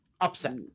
upset